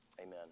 amen